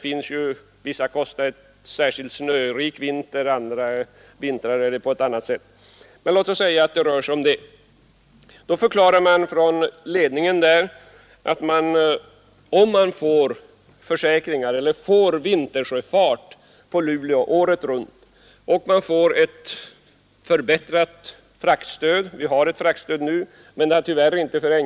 En särskilt snörik vinter kostar mera än en snöfattig, osv. Bolagsledningen förklarar emellertid också att om man får sjöfart på Luleå året runt och ett förbättrat fraktstöd, så är extrakostnaderna i stort sett borta.